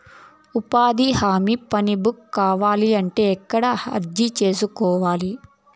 ఉపాధి హామీ పని బుక్ కావాలంటే ఎక్కడ అర్జీ సేసుకోవాలి?